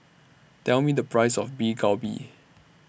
Tell Me The Price of Beef Galbi